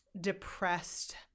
depressed